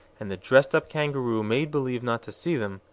and the dressed-up kangaroo made believe not to see them,